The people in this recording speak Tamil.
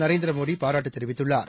நரந்திரமோடிபாராட்டுதெரிவித்துள்ளார்